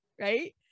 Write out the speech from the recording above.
right